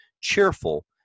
cheerful